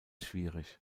schwierig